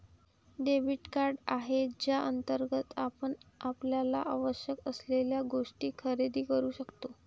debit card आहे ज्याअंतर्गत आपण आपल्याला आवश्यक असलेल्या गोष्टी खरेदी करू शकतो